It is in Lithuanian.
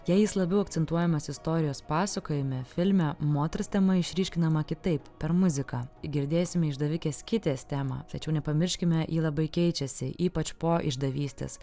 jei jis labiau akcentuojamas istorijos pasakojime filme moters tema išryškinama kitaip per muziką girdėsime išdavikės kitės temą tačiau nepamirškime ji labai keičiasi ypač po išdavystės